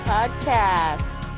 Podcast